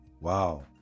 wow